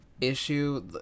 issue